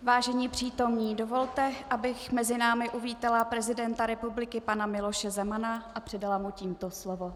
Vážení přítomní, dovolte, abych mezi námi uvítala prezidenta republiky pana Miloše Zemana a předala mu tímto slovo.